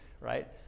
right